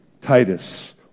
Titus